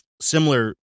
similar